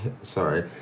sorry